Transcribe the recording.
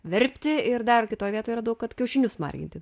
verpti ir dar kitoj vietoj radau kad kiaušinius marginti